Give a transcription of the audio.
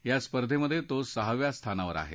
या स्पर्धेत तो सहाव्या स्थानावर आहे